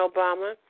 Obama